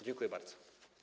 Dziękuję bardzo.